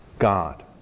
God